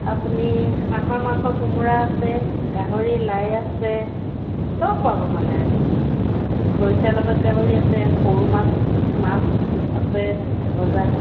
আপুনি হাঁহৰ মাংস কোমোৰা আছে গাহৰি লাই আছে সব পাব মানে খৰিছা লগত গাহৰি আছে সৰু মাছ মাছ আছে ভজা